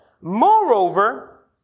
Moreover